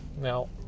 Now